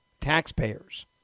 taxpayers